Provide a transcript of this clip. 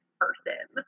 person